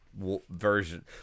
version